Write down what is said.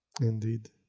indeed